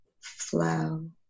flow